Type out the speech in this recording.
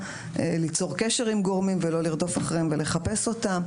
ליצור קשר עם גורמים ולא לרדוף אחריהם ולחפש אותם.